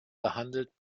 behandelt